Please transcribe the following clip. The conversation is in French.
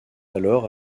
alors